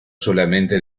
solamente